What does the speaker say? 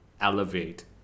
elevate